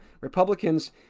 republicans